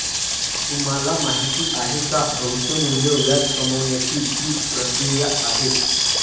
तुम्हाला माहिती आहे का? भविष्य मूल्य व्याज कमावण्याची ची प्रक्रिया आहे